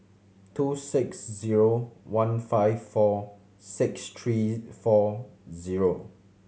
two six zero one five four six three four zero